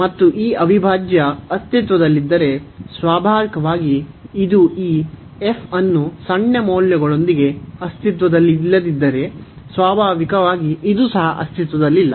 ಮತ್ತು ಈ ಅವಿಭಾಜ್ಯ ಅಸ್ತಿತ್ವದಲ್ಲಿದ್ದರೆ ಸ್ವಾಭಾವಿಕವಾಗಿ ಇದು ಈ ಅನ್ನು ಸಣ್ಣ ಮೌಲ್ಯಗಳೊಂದಿಗೆ ಅಸ್ತಿತ್ವದಲ್ಲಿಲ್ಲದಿದ್ದರೆ ಸ್ವಾಭಾವಿಕವಾಗಿ ಇದು ಸಹ ಅಸ್ತಿತ್ವದಲ್ಲಿಲ್ಲ